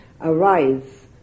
arise